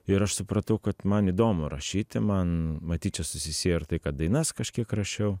ir aš supratau kad man įdomu rašyti man matyt čia susisieja ir tai kad dainas kažkiek rašiau